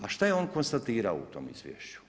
A šta je on konstatirao u tom izvješću?